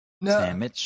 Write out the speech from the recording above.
No